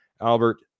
Albert